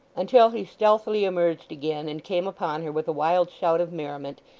until he stealthily emerged again and came upon her with a wild shout of merriment,